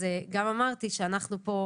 אני גם אמרתי שאנחנו פה,